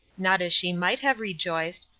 not as she might have rejoiced,